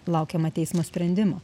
laukiama teismo sprendimo